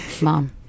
Mom